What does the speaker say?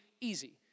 easy